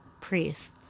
priests